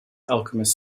alchemist